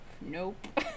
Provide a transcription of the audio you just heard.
nope